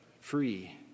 free